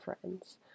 friends